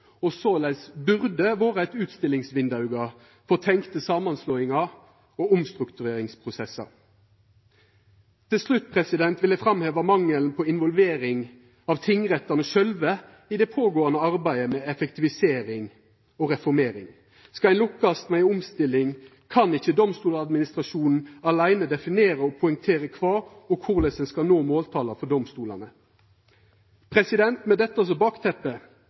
og såleis burde vore eit utstillingsvindauge for tenkte samanslåingar og omstruktureringsprosessar. Til slutt vil eg framheva mangelen på involvering av tingrettane sjølve i det pågåande arbeidet med effektivisering og reformering. Skal ein lukkast med ei omstilling, kan ikkje Domstoladministrasjonen aleine definera og poengtera kva og korleis ein skal nå måltala for domstolane. Med dette